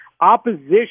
Opposition